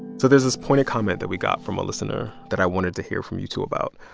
so there's this pointed comment that we got from a listener that i wanted to hear from you two about.